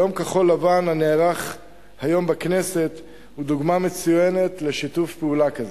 יום כחול-לבן הנערך היום בכנסת הוא דוגמה מצוינת לשיתוף פעולה כזה.